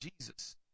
Jesus